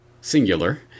singular